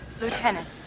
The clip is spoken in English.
Lieutenant